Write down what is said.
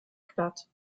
glatt